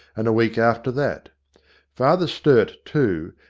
and a week after that father sturt too,